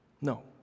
No